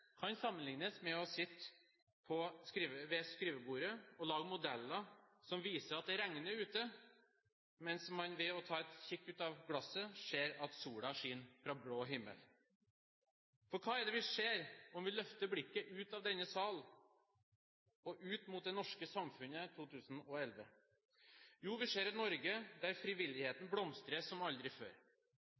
med å sitte ved skrivebordet og lage modeller som viser at det regner ute, mens man ved å kikke ut av vinduet ser at sola skinner fra blå himmel. For hva er det vi ser om vi løfter blikket ut av denne sal og ut mot det norske samfunnet 2011? Jo, vi ser et Norge der frivilligheten blomstrer som aldri før.